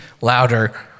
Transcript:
louder